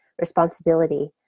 responsibility